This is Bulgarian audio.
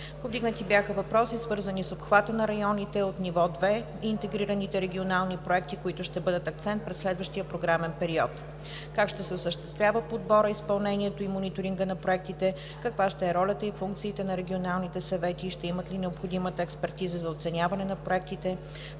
Повдигнати бяха въпроси, свързани с: обхвата на районите от Ниво 2 и интегрираните регионални проекти, които ще бъдат акцент през следващия програмен период, как ще се осъществява подборът, изпълнението и мониторингът на проектите, каква ще е ролята и функциите на регионалните съвети и ще имат ли необходимата експертиза за оценяване на проектите,